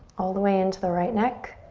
all the way into the right neck.